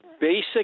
basic